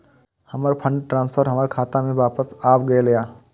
हमर fund transfer हमर खाता में वापस आब गेल या